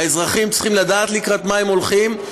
האזרחים צריכים לדעת לקראת מה הם הולכים,